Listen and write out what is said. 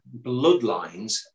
bloodlines